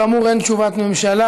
כאמור אין תשובת ממשלה.